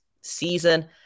season